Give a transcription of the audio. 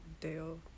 Dale